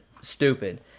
stupid